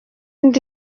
inda